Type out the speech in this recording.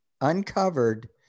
uncovered